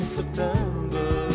September